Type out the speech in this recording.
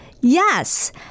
Yes